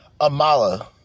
Amala